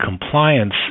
compliance